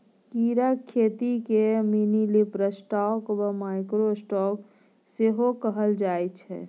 कीड़ाक खेतीकेँ मिनीलिवस्टॉक वा माइक्रो स्टॉक सेहो कहल जाइत छै